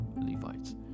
Levites